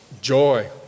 joy